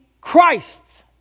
Christ